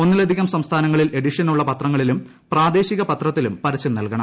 ഒന്നിലധികം സംസ്ഥാനങ്ങളിൽ എഡിഷനുള്ള പത്രങ്ങളിലും പ്രാദേശിക പത്രത്തിലും പരസൃം നൽകണം